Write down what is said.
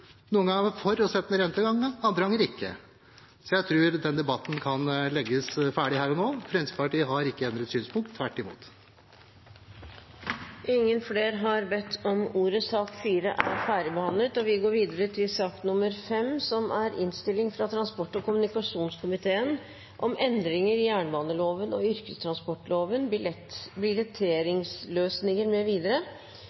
Noen ganger er man for å sette ned ratene, andre ganger ikke. Så jeg tror den debatten kan legges død her og nå. Fremskrittspartiet har ikke endret synspunkt – tvert imot. Flere har ikke bedt om ordet til sak nr. 4. Ingen har bedt om ordet til sak nr. 5. Etter ønske fra transport- og kommunikasjonskomiteen